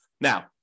Now